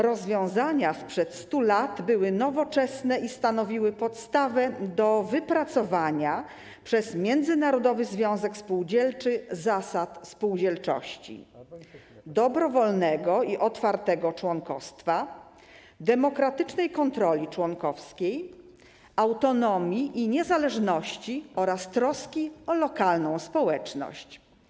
Rozwiązania sprzed stu lat były nowoczesne i stanowiły podstawę do wypracowania przez Międzynarodowy Związek Spółdzielczy zasad spółdzielczych: dobrowolnego i otwartego członkostwa, demokratycznej kontroli członkowskiej, autonomii i niezależności oraz troski o lokalną społeczność.